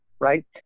Right